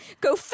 go